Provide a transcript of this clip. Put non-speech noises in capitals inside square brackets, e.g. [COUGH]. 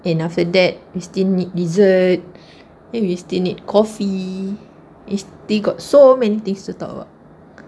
and after that we still need dessert [BREATH] and we still need coffee is they got so many things to talk about